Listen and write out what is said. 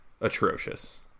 atrocious